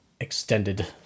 extended